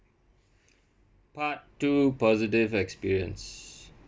part two positive experience